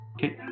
Okay